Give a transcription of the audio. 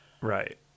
right